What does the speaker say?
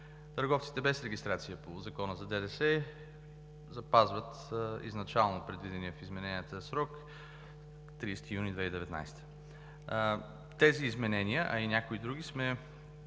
Търговците без регистрация по Закона за ДДС запазват изначално предвидения в измененията срок – 30 юни 2019 г. Тези изменения, а и някои други сме